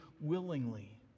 willingly